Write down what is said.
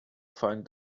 find